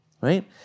right